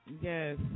Yes